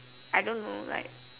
I don't know like